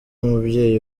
umubyeyi